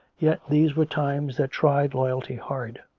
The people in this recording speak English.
yet these were times that tried loyalty hard.